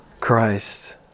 Christ